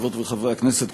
חברות וחברי הכנסת,